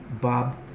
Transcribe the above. Bob